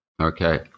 Okay